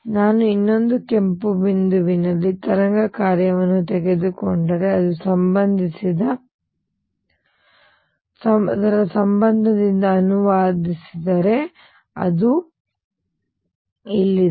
ನಾನು ಇನ್ನೊಂದು ಕೆಂಪು ಬಿಂದುವಿನಲ್ಲಿ ತರಂಗ ಕಾರ್ಯವನ್ನು ತೆಗೆದುಕೊಂಡರೆ ಅದನ್ನು ಸಂಬಂಧದಿಂದ ಅನುವಾದಿಸಿದರೆ ಅದು ಇಲ್ಲಿದೆ